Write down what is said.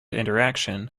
interaction